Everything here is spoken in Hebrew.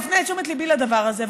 מפנה את תשומת ליבי לדבר הזה,